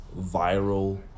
viral